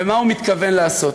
ומה הוא מתכוון לעשות.